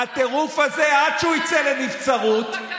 והטירוף הזה, עד שהוא יצא לנבצרות, לא פקחים,